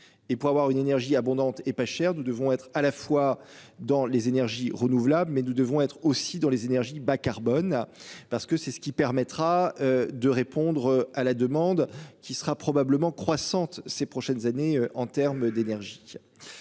pour avoir une énergie abondante et pas chère. Nous devons être à la fois dans les énergies renouvelables mais nous devons être aussi dans les énergies bas carbone. Parce que c'est ce qui permettra de répondre à la demande qui sera probablement croissante ces prochaines années en terme d'énergie.